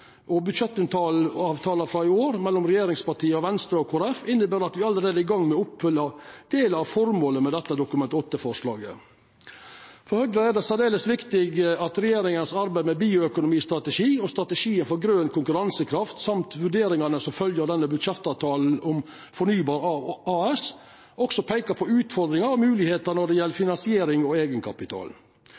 frå i år, mellom regjeringspartia, Venstre og Kristeleg Folkeparti, inneber at me allereie er i gang med å oppfylla ein del av føremålet med dette Dokument 8-forslaget. For Høgre er det særdeles viktig at regjeringa i arbeidet med bioøkonomistrategi og strategiar for grøn konkurransekraft og vurderingane som følgjer av budsjettavtalen om Fornybar AS, også peikar på utfordringar og moglegheiter når det gjeld finansiering og eigenkapital.